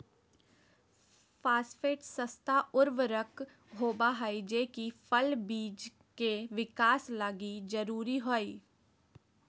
phosphate सस्ता उर्वरक होबा हइ जे कि फल बिज के विकास लगी जरूरी हइ